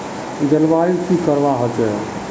जलवायु की करवा होचे?